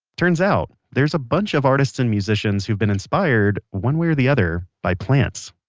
turns out there's a bunch of artists and musicians who have been inspired, one way or the other, by plants